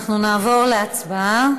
אנחנו נעבור להצבעה.